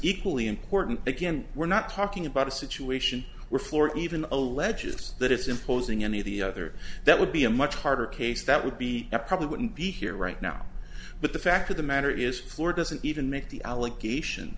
equally important again we're not talking about a situation where floor even alleges that it's imposing any of the other that would be a much harder case that would be a problem wouldn't be here right now but the fact of the matter is floor doesn't even make the allegation